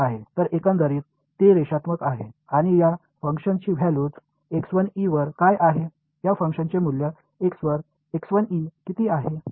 तर एकंदरीत ते रेषात्मक आहे आणि या फंक्शनची व्हॅल्यूज वर काय आहेत या फंक्शनचे मूल्य x वर किती आहे